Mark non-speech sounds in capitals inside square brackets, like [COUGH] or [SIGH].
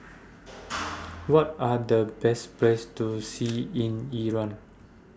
[NOISE] What Are The Best Places to See in Iran